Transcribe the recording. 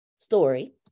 Story